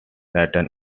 written